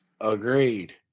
agreed